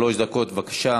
שלוש דקות בבקשה.